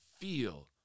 feel